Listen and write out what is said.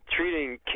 treating